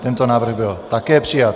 Tento návrh byl také přijat.